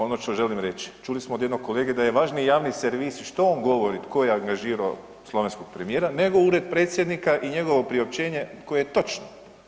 Ono što želim reći, čuli smo od jednog kolege da je važniji javni servis i što on govori tko je angažirao slovenskog premijera nego ured predsjednika i njegovo priopćenje koje je točno.